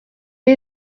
est